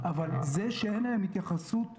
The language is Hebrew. אבל זה שאין לאותם אנשים התייחסות מיוחדת,